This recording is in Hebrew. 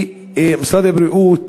ומשרד הבריאות,